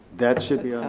that should be on